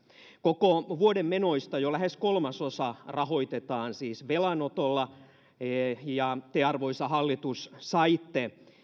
koko vuoden menoista jo lähes kolmasosa rahoitetaan siis velanotolla te arvoisa hallitus saitte